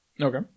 Okay